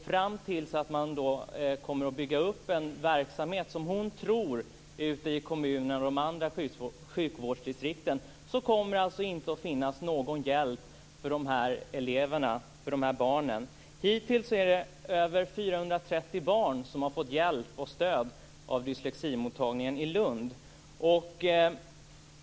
Fram till dess att man kommer att bygga upp en verksamhet, som hon tror, ute i kommuner och i de andra sjukvårdsdistrikten kommer det alltså inte att finnas någon hjälp för de här barnen. Hittills har över 430 barn fått stöd och hjälp vid dysleximottagningen i Lund.